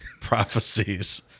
prophecies